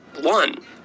one